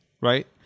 right